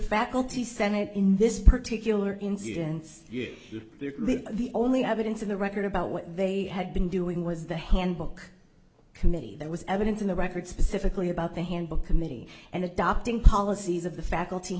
faculty senate in this particular incidence the only evidence in the record about what they had been doing was the handbook committee there was evidence in the record specifically about the handbook committee and adopting policies of the faculty